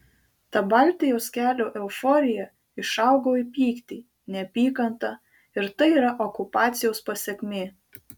ta baltijos kelio euforija išaugo į pyktį neapykantą ir tai yra okupacijos pasekmė